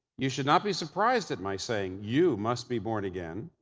you should not be surprised at my saying you must be born again,